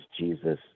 Jesus